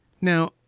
Now